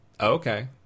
Okay